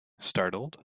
startled